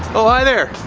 but oh, hi there.